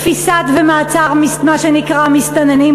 תפיסת ומעצר מה שנקרא מסתננים,